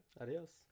Adios